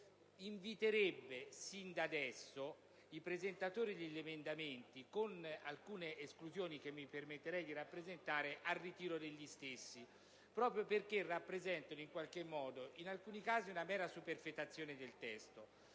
inviterei sin da adesso i presentatori degli emendamenti, con alcune esclusioni che mi permetterei di rappresentare, al ritiro degli stessi. Questo, perché essi rappresentano in alcuni casi una mera superfetazione del testo.